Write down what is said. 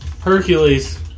Hercules